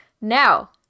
Now